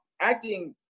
acting